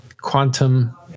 Quantum